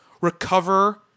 recover